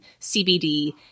CBD